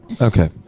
Okay